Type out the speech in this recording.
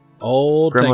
Old